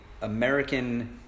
American